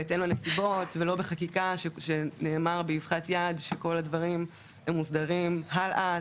בהתאם לנסיבות ולא בחקיקה כשנאמר באבחת יד שכל הדברים מוסדרים הלאה.